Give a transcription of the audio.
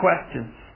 questions